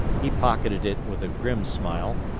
he pocketed it with a grim smile,